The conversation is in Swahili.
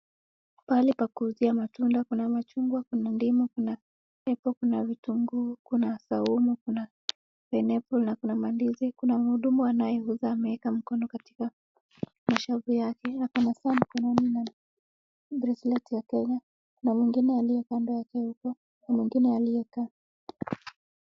Pahali pa kuuzia matunda, kuna machungwa, kuna ndimu, kuna apple , kuna vitunguu, kuna saumu, kuna pineapple na kuna ndizi. Kuna muhudumu anayeuza ameeka mkono katika mashavu yake na kwenye saa mkononi bracelet ya Kenya, na mwengine aliye kando yake huko na mwengine aliyekaa.